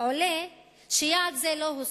עולה שיעד זה לא הושג,